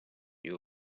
you